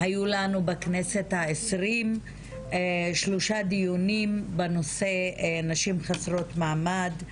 היו לנו בכנסת ה-20 שלושה דיונים בנושא נשים חסרות מעמד,